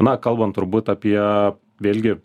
na kalbant turbūt apie vėlgi